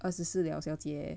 二十四了小姐